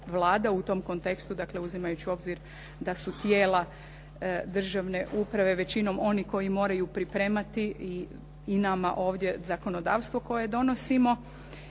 u tom kontekstu, dakle uzimajući u obzir da su tijela državne uprave većinom oni koji moraju pripremati i nama ovdje zakonodavstvo koje donosimo